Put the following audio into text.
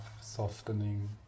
softening